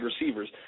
receivers